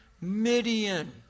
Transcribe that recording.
Midian